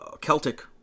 Celtic